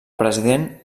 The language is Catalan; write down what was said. president